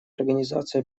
организации